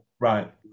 right